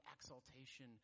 exaltation